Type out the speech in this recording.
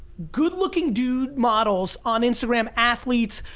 good looking dude models on instagram, athletes,